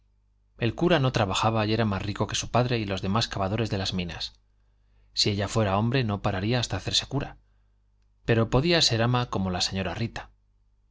el cura no trabajaba y era más rico que su padre y los demás cavadores de las minas si ella fuera hombre no pararía hasta hacerse cura pero podía ser ama como la señora rita